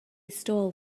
stole